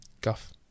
guff